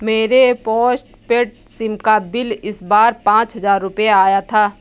मेरे postpaid SIM का bill इस बार पाँच हजार रुपए आया था